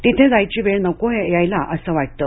तिथे जायची वेळ नको यायला असंच वाटतं